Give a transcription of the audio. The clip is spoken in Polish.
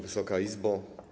Wysoka Izbo!